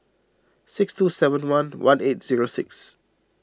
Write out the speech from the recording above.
six two seven one one eight zero six